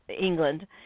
England